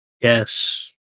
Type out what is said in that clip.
Yes